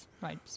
Right